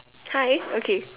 hi okay